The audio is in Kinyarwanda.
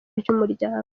ry’umuryango